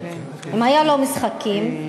אם היו לו משחקים,